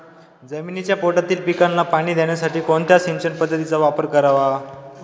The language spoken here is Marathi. जमिनीच्या पोटातील पिकांना पाणी देण्यासाठी कोणत्या सिंचन पद्धतीचा वापर करावा?